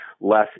less